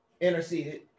Interceded